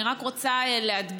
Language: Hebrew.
אני רק רוצה להדגיש